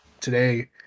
today